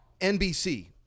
NBC